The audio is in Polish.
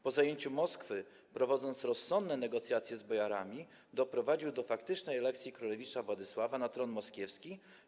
Po zajęciu Moskwy, prowadząc rozsądne negocjacje z bojarami, doprowadził do faktycznej elekcji królewicza Władysława na tron moskiewski.